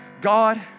God